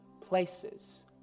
places